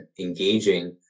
engaging